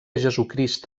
jesucrist